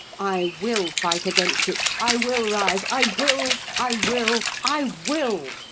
i will fight against it! i will rise! i will! i will! i will!